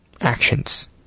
actions